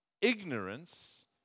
Ignorance